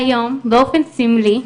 והיום, באופן סמלי,